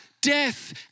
death